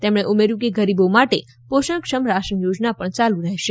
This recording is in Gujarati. તેમણે ઉમેર્યું કે ગરીબો માટે પોષણક્ષમ રાશન યોજના પણ ચાલુ રહેશે